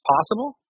Possible